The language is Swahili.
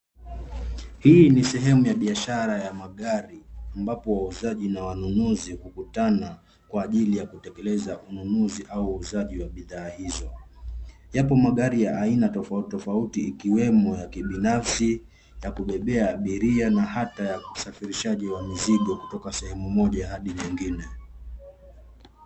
Hii ni sehemu ya biashara ya magari, ambapo wauzaji na wanunuzi hukutana kwa ajili ya kutekeleza ununuzi au uuzaji wa bidhaa hizo. Yapo magari ya aina tofauti tofauti ikiwemo ya kubebea abiria na hata usafirishaji wa mizigo kutoka sehemu moja hadi nyingine.